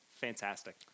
Fantastic